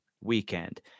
weekend